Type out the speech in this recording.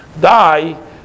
die